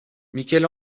michel